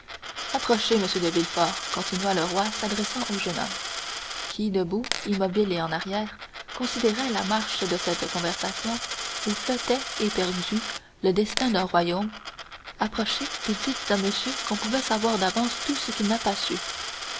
approchez monsieur de villefort continua le roi s'adressant au jeune homme qui debout immobile et en arrière considérait la marche de cette conversation où flottait éperdu le destin d'un royaume approchez et dites à monsieur qu'on pouvait savoir d'avance tout ce qu'il n'a pas su